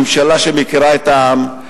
ממשלה שמכירה את העם,